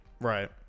Right